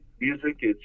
music